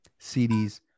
CDs